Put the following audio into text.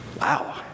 Wow